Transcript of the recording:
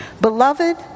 Beloved